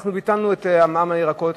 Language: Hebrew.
אנחנו ביטלנו את המע"מ על הירקות,